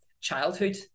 childhood